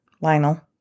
Lionel